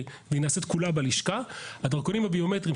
והיא נעשית כולה בלשכה הדרכונים הביומטריים,